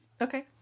Okay